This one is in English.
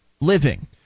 living